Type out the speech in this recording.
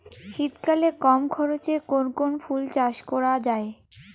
শীতকালে কম খরচে কোন কোন ফুল চাষ করা য়ায়?